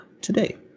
today